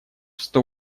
сто